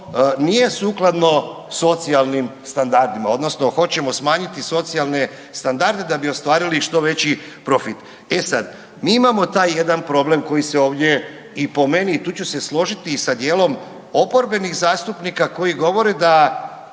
nije sukladno socijalnim standardima odnosno hoćemo smanjiti socijalne standarde da bi ostvarili što veći profit. E sad, mi imamo taj jedan problem koji se ovdje i po meni i tu ću se složiti i sa dijelom oporbenih zastupnika koji govore da